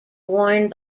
worn